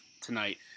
tonight